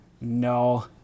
No